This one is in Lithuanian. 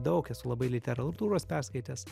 daug esu labai literatūros perskaitęs